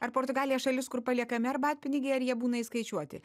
ar portugalija šalis kur paliekami arbatpinigiai ar jie būna įskaičiuoti